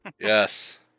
Yes